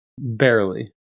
Barely